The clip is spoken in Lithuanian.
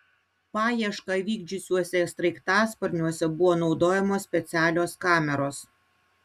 paiešką vykdžiusiuose sraigtasparniuose buvo naudojamos specialios kameros